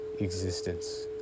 Existence